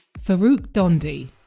farrukh dhondy.